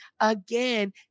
again